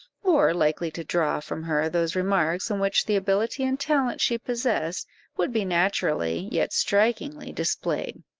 or likely to draw from her those remarks in which the ability and talent she possessed would be naturally, yet strikingly, displayed.